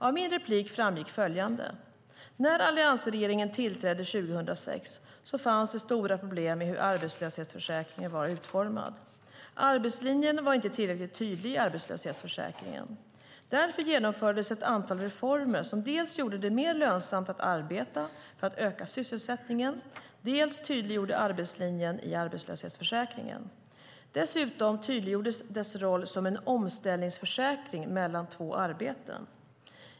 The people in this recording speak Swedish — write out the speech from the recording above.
Av min replik framgick följande. När alliansregeringen tillträdde 2006 fanns det stora problem med hur arbetslöshetsförsäkringen var utformad. Arbetslinjen var inte tillräckligt tydlig i arbetslöshetsförsäkringen. Därför genomfördes ett antal reformer som dels gjorde det mer lönsamt att arbeta för att öka sysselsättningen, dels tydliggjorde arbetslinjen i arbetslöshetsförsäkringen. Dessutom tydliggjordes dess roll som en omställningsförsäkring mellan två arbeten.